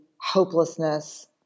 hopelessness